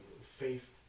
faith